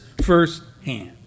firsthand